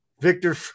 Victor